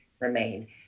remain